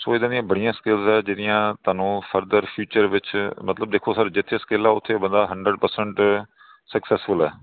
ਸੋ ਇੱਦਾਂ ਦੀਆਂ ਬੜੀਆਂ ਸਕਿੱਲਸ ਹੈ ਜਿਹੜੀਆਂ ਤੁਹਾਨੂੰ ਫਰਦਰ ਫਿਊਚਰ ਵਿੱਚ ਮਤਲਬ ਦੇਖੋ ਸਰ ਜਿੱਥੇ ਸਕਿੱਲ ਆ ਉੱਥੇ ਬੰਦਾ ਹੰਡਰਡ ਪਰਸੈਂਟ ਸਕਸੈੱਸਫੁਲ ਹੈ